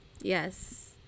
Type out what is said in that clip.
Yes